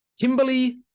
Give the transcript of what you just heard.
Kimberly